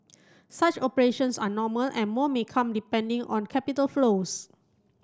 such operations are normal and more may come depending on capital flows